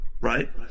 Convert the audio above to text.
Right